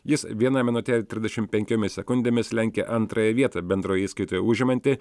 jis viena minute trisdešim penkiomis sekundėmis lenkia antrąją vietą bendroje įskaitoje užimantį